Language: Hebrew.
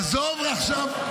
עזוב עכשיו.